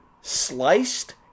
sliced